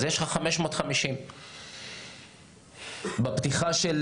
אז יש לך 550. בפתיחה של